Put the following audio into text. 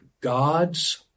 God's